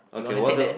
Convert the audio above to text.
okay what's your